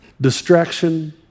Distraction